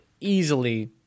easily